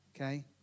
Okay